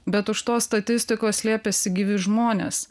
bet už tos statistikos slėpėsi gyvi žmonės